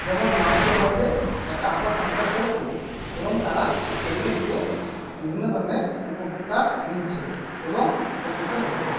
যেমন মানুষের মধ্যে একটা আশার সঞ্চার করেছে এবং তারা সেগুলি থেকে বিভিন্ন ধরনের উপকার নিচ্ছে এবং উপকৃত হচ্ছে